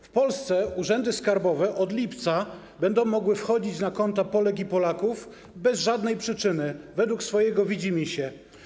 W Polsce urzędy skarbowe od lipca będą mogły wchodzić na konta Polek i Polaków bez żadnej przyczyny, według swojego widzimisię.